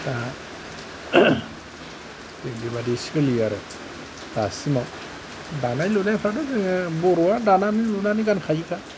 दा बेबादि सोलियो आरो दासिमाव दानाय लुनायफ्राथ' जोङो बर'आ दानानै लुनानै गानखायोखा